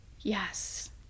yes